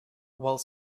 while